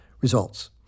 Results